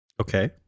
Okay